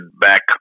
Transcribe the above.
back